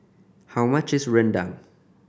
how much is rendang